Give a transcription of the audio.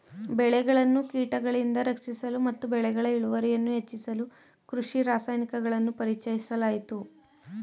ಬೆಳೆಗಳನ್ನು ಕೀಟಗಳಿಂದ ರಕ್ಷಿಸಲು ಮತ್ತು ಬೆಳೆಗಳ ಇಳುವರಿಯನ್ನು ಹೆಚ್ಚಿಸಲು ಕೃಷಿ ರಾಸಾಯನಿಕಗಳನ್ನು ಪರಿಚಯಿಸಲಾಯಿತು